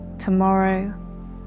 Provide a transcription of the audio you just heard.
Tomorrow